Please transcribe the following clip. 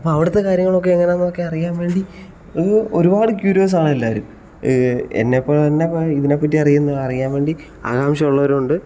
അപ്പോൾ അവിടുത്തെ കാര്യങ്ങളൊക്കെ എങ്ങനെയാണെന്ന് ഒക്കെ അറിയാൻ വേണ്ടി ഓ ഒരുപാട് ക്യൂരിയസ് ആണ് എല്ലാവരും എന്നെ പോലെത്തന്നെ ഇതിനെ പറ്റി അറിയാൻ വേണ്ടി ആകാംക്ഷയുള്ളവരുമുണ്ട്